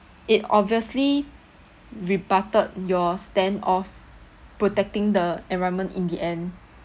it obviously rebutted your stand of protecting the environment in the end